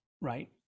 right